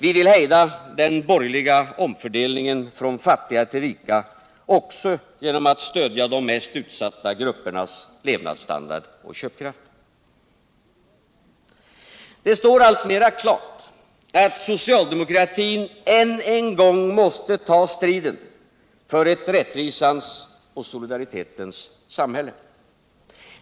Vi vill hejda den borgerliga omfördelningen från fattiga till rika också genom att stödja de mest utsatta grupperna när det gäller deras levnadsstandard och köpkraft. Det står alltmera klart att socialdemokratin än en gång måste ta striden för ett rättvisans och solidaritetens samhälle.